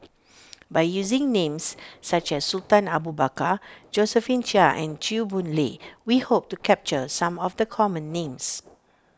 by using names such as Sultan Abu Bakar Josephine Chia and Chew Boon Lay we hope to capture some of the common names